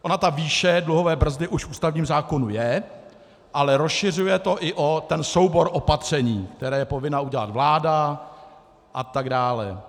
Ona ta výše dluhové brzdy už v ústavním zákonu je, ale rozšiřuje to i o ten soubor opatření, která je povinna udělat vláda, a tak dále.